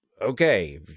Okay